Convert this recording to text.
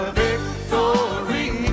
victory